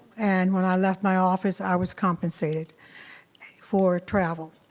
and when i left my office, i was compensated for travel.